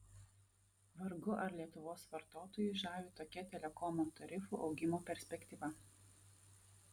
vargu ar lietuvos vartotojus žavi tokia telekomo tarifų augimo perspektyva